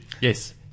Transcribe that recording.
Yes